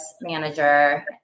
manager